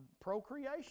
procreation